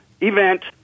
event